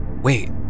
Wait